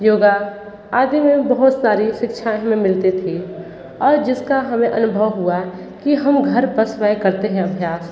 योगा आदि में बहुत सारी शिक्षाएँ हमें मिलती थीं और जिसका हमें अनुभव हुआ कि हम घर पर स्वयं करते हैं अभ्यास